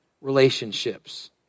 relationships